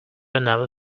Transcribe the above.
another